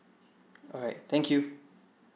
alright thank you